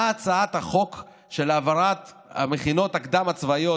מה הצעת החוק של העברת המכינות הקדם-הצבאיות